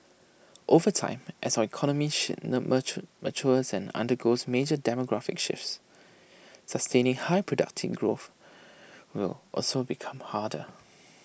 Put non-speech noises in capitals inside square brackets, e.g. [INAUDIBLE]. over time as our economy [UNINTELLIGIBLE] matures and undergoes major demographic shifts [NOISE] sustaining high productivity growth [NOISE] will also become harder [NOISE]